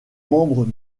membre